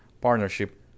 Partnership